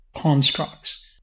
constructs